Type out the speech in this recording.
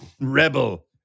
Rebel